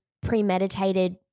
premeditated